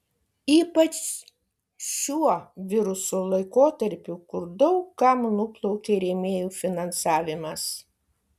ypač šiuo viruso laikotarpiu kur daug kam nuplaukė rėmėjų finansavimas